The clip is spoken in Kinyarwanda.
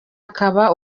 akaba